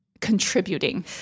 contributing